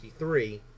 1963